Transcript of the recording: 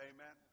Amen